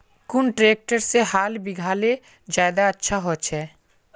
कुन ट्रैक्टर से हाल बिगहा ले ज्यादा अच्छा होचए?